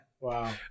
Wow